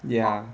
ya